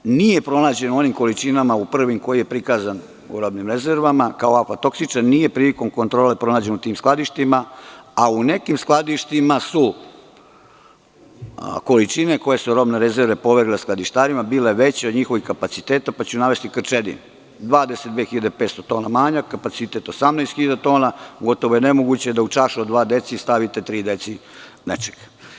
Taj kukuruz nije pronađen u onim količinama u prvim kojima je prikazan u robnim rezervama kao aflatoksičan, nije prilikom kontrole pronađen u tim skladištima, a u nekim skladištima su količine koje su robne rezerve polegle skladištarima bile veće od njihovih kapaciteta, pa ću navesti Krčedin – 22.500 tona manjak, kapacitet 18.000 tona, gotovo je nemoguće da u čašu od dva decilitra stavite tri decilitra nečega.